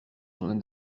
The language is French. son